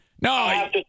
No